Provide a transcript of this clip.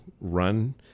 run